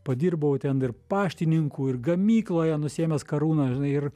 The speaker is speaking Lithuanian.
padirbau ten ir paštininku ir gamykloje nusiėmęs karūną žinai ir